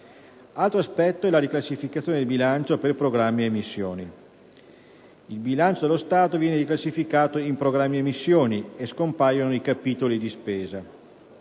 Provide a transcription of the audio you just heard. Altro aspetto è la riclassificazione del bilancio per programmi e missioni. Il bilancio dello Stato viene riclassificato in programmi e missioni e scompaiono i capitoli di spesa.